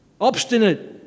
obstinate